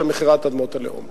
של מכירת אדמות הלאום.